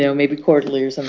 so maybe quarterly or and